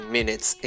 Minutes